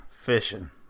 fishing